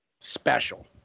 special